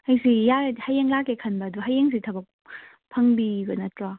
ꯑꯩꯁꯤ ꯌꯥꯔꯗꯤ ꯍꯌꯦꯡ ꯂꯥꯛꯀꯦ ꯈꯟꯕ ꯑꯗꯣ ꯍꯌꯦꯡꯁꯦ ꯊꯕꯛ ꯐꯪꯕꯤꯕ ꯅꯠꯇ꯭ꯔꯣ